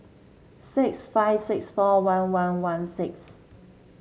six five six four one one one six